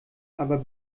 aber